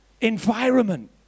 environment